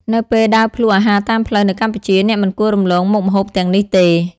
នៅពេលដើរភ្លក្សអាហារតាមផ្លូវនៅកម្ពុជា អ្នកមិនគួររំលងមុខម្ហូបទាំងនេះទេ ។